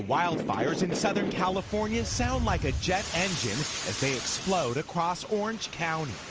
wildfires in southern california sound like a jet engine as they explode across orange county.